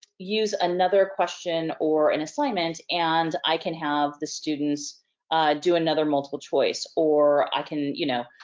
use another question or an assignment, and i can have the students do another multiple choice. or i can, you know,